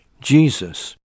Jesus